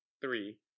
three